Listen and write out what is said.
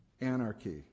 anarchy